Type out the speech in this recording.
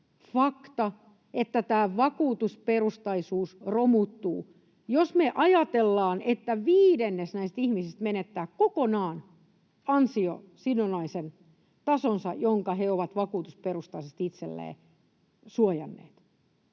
fakta, että tämä vakuutusperustaisuus romuttuu, jos me ajatellaan, että viidennes näistä ihmisistä menettää kokonaan ansiosidonnaisen tason, jonka he ovat vakuutusperustaisesti itselleen suojanneet.